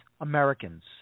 Americans